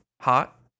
hot